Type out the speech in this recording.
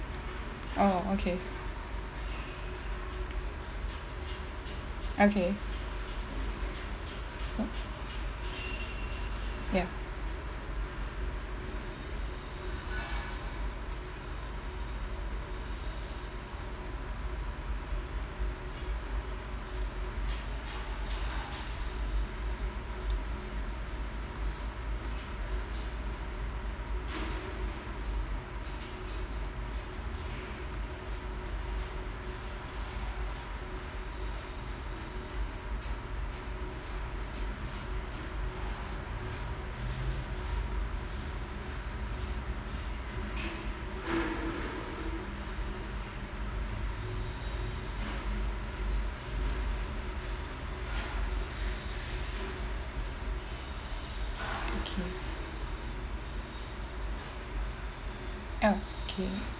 oh okay okay so ya okay ah K